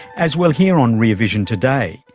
as we'll hear on rear vision today,